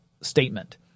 statement